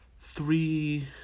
three